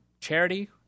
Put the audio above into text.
Charity